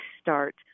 start